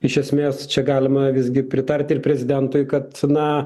iš esmės čia galima visgi pritart ir prezidentui kad na